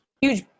huge